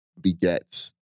begets